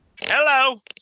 Hello